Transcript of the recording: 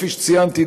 וכפי שציינתי,